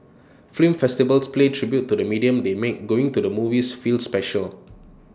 film festivals to play tribute to the medium they make going to the movies feel special